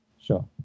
Sure